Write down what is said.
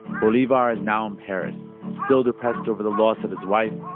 bolivar is now in paris, still depressed over the loss of his wife,